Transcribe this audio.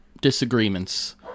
disagreements